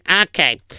Okay